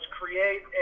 create